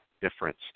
difference